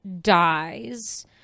dies